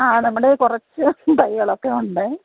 ആ നമ്മൾ കുറച്ച് തൈകളൊക്കെ ഉണ്ട്